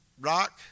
rock